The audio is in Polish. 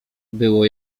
było